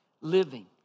living